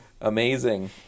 Amazing